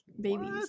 babies